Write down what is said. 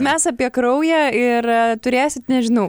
mes apie kraują ir turėsit nežinau